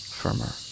firmer